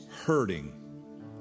hurting